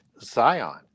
Zion